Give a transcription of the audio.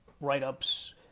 write-ups